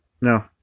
No